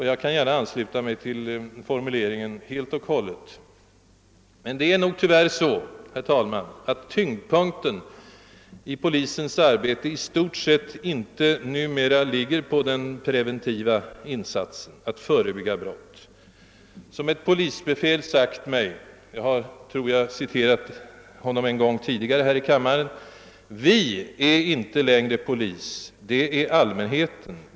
Jag kan också helt ansluta mig till denna formulering av polisverksamhetens karaktär och uppgift. Men det är nog tyvärr så, att tyngdpunkten i polisens arbete i stort sett inte ligger på de preventiva insatserna: att förebygga brott. Det är som ett polisbefäl sagt — jag har visst citerat honom en gång tidigare här i kammaren: »Vi är inte längre polis, det är allmänheten.